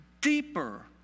deeper